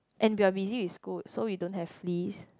and we are busy with school so we don't have list